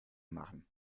machen